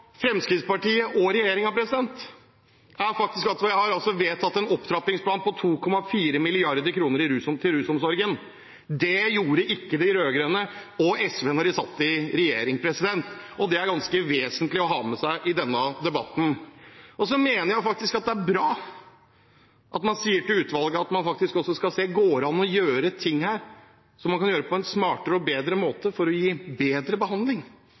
Fremskrittspartiet og regjeringen er faktisk at vi har vedtatt en opptrappingsplan på 2,4 mrd. kr til rusomsorgen. Det gjorde ikke de rød-grønne og SV da de satt i regjering, og det er ganske vesentlig å ha med seg i denne debatten. Jeg mener faktisk det er bra at man sier til utvalget: Går det an å gjøre ting på en smartere og bedre måte for å gi bedre behandling